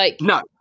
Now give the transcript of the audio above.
No